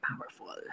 powerful